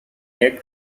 egg